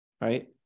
Right